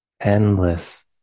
endless